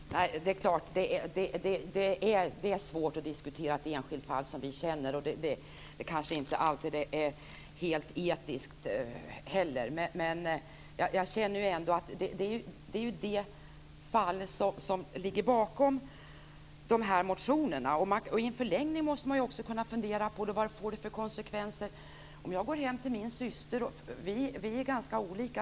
Fru talman! Det är klart att det är svårt att diskutera ett enskilt fall, och det kanske inte heller alltid är helt etiskt att göra det. Men det är det fall som ligger bakom dessa motioner. I förlängningen måste man också fundera över konsekvenserna. Min syster och jag är ganska olika.